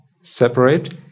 separate